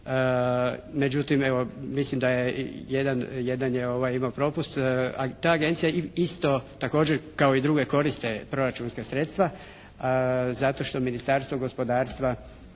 Međutim evo mislim da je jedan, jedan je imao propust, a ta agencija isto također kao i druge koriste proračunska sredstva zato što Ministarstvo gospodarstva